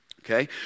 Okay